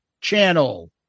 channel